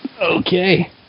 Okay